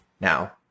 now